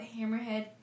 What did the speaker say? hammerhead